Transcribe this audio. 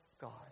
God